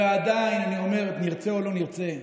ועדיין אני אומר, נרצה או לא נרצה,